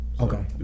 Okay